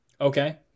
Okay